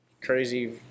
Crazy